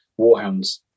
Warhounds